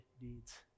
deeds